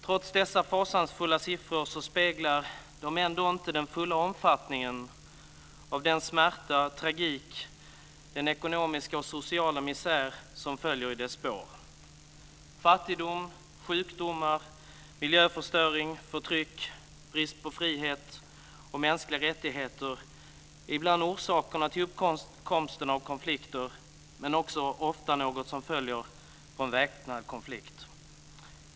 Trots att dessa siffror är fasansfulla speglar de ändå inte den fulla omfattningen av den smärta och tragik och ekonomiska och sociala misär som följer i konflikternas spår. Fattigdom, sjukdomar, miljöförstöring, förtryck och brist på frihet och mänskliga rättigheter är ibland orsak till uppkomsten av konflikter, men också ofta något som följer på en väpnad konflikt.